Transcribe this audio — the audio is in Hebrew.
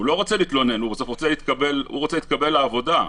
רוצה להתקבל לעבודה,